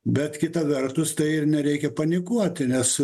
bet kita vertus tai ir nereikia panikuoti nes